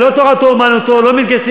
חבר הכנסת גפני, גמרא הוא לא יודע.